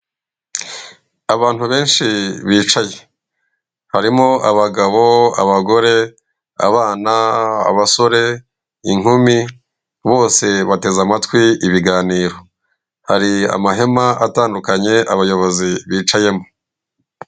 Abantu benshi bicaye harimo abagabo, abagore, abana, abasore, inkumi, bose bateze amatwi ibiganiro, hari amahema atandukanye abayobozi bicayemo.